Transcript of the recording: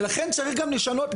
ולכן צריך גם לשנות,